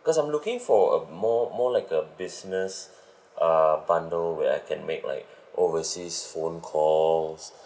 because I'm looking for a more more like a business uh bundle where I can make like overseas phone calls